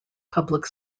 public